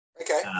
okay